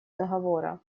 договора